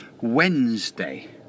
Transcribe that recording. Wednesday